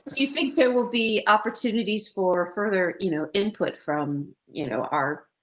you think there will be opportunities for further you know input from you know our.